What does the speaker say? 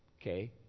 Okay